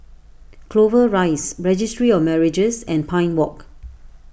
Clover Rise Registry of Marriages and Pine Walk